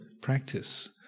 practice